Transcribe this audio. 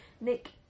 Nick